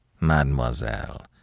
Mademoiselle